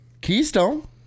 Keystone